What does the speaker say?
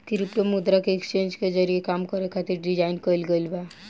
crypto मुद्रा के exchange के जरिए काम करे खातिर डिजाइन कईल गईल बा